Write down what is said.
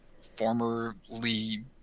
formerly